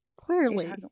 Clearly